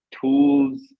tools